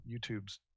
YouTube's